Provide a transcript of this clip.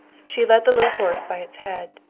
she led the little horse by its head,